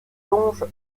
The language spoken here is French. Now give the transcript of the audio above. longe